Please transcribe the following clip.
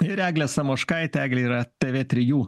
ir eglė samoškaitė eglė yra tė vė trijų